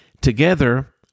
Together